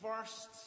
first